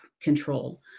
control